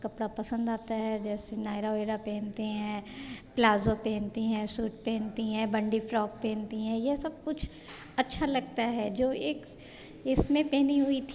कपड़े पसंद आते हैं जैसी नायरा वग़ैरह पहनते हैं प्लाज़ो पहनती हैं सूट पहनती हैं बंदी फ्रॉक पहनती हैं ये सब कुछ अच्छा लगता है जो एक इसमें पहनी हुई थीं